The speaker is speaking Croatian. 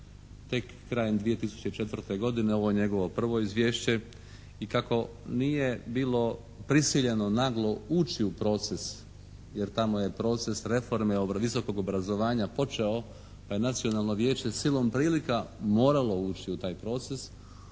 tek krajem 2004. godine. Ovo je njegovo prvo Izvješće i kako nije bilo prisiljeno naglo ući u proces jer tamo je proces reforme visokog obrazovanja počeo pa je Nacionalno vijeće silom prilika moralo ući u taj proces,